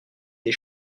des